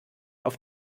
auf